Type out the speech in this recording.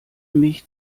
mich